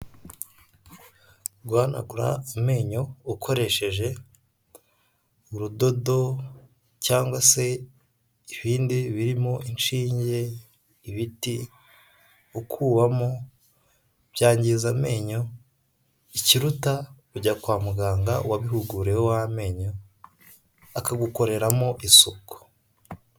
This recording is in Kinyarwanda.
Guhanagura amenyo ukoresheje urudodo cyangwa se ibindi birimo: inshinge, ibiti ukubamo byangiza amenyo, ikiruta ni ujya kwa muganga wabihuguriwe w'amenyo akagukoreramo isuku.